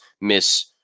miss